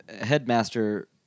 headmaster